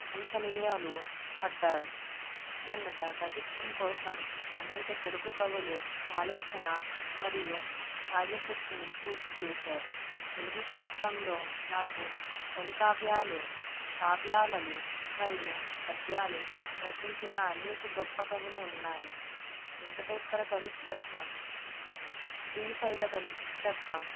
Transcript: ప్రశంసనీయాలు పట్టారు అత్యున్నత కవిత్వం కోసం అనేక తెలుగుకవులు ఆలోచన మరియు కావ్యశక్తిని పూర్తిచేసారు తెలుగు కవిత్వంలో నాకు కవికావ్యాలు కావ్యాలు మరియు పద్యాలు రచించిన అనేక గొప్ప కవులు ఉన్నాయి వెంకటేశ్వర కవిత్వం శ్రీశైల కవిత్వం